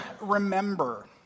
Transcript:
remember